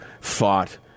fought